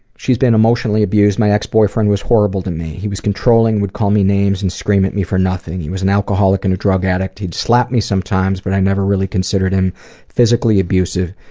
she's been emotionally abused. my ex-boyfriend was horrible to me. he was controlling, would call me names, and scream at me for nothing. he was an alcoholic and a drug addict. he would slap me sometimes but i never really considered him physically abusive.